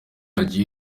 yagiye